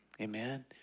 Amen